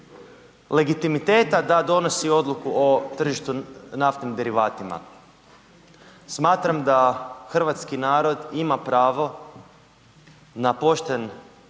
legitimiteta da donosi odluku o tržištu naftnim derivatima. Smatram da hrvatski narod ima pravo na pošten